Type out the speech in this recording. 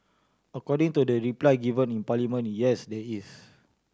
according to the reply given in Parliament yes there is